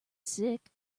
sick